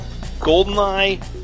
Goldeneye